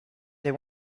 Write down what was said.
they